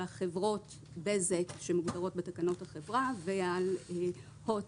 על החברות בזק שמוגדרות בתקנות החברה ועל הוט,